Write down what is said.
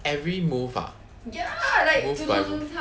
every move ah move by move